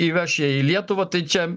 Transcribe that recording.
įvežš ją į lietuvą tai čia